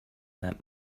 that